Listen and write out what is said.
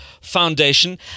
Foundation